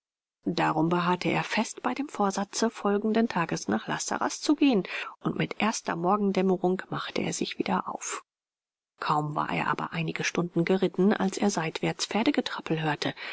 darum beharrte er fest bei dem vorsatze folgenden tages nach la sarraz zu gehen und mit erster morgendämmerung machte er sich wieder auf kaum war er aber einige stunden geritten als er seitwärts pferdegetrappel hörte